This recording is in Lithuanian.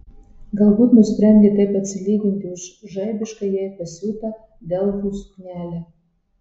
galbūt nusprendė taip atsilyginti už žaibiškai jai pasiūtą delfų suknelę